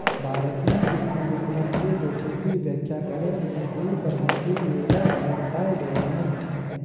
भारत में कृषि विपणन के दोषों की व्याख्या करें इन्हें दूर करने के लिए क्या कदम उठाए गए हैं?